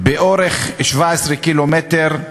באורך 17 קילומטר,